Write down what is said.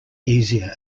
easier